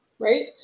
right